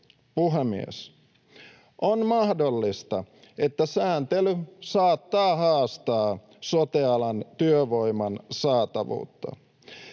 Puhemies! On mahdollista, että sääntely saattaa haastaa sote-alan työvoiman saatavuutta.